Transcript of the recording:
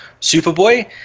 Superboy